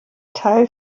teil